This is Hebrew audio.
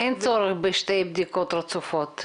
אין צורך בשתי בדיקות רצופות.